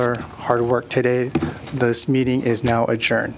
their hard work today the meeting is now a cha